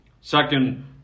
second